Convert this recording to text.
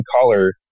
color